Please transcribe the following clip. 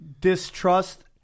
distrust